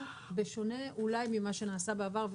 בשונה אולי ממה שנעשה בעבר,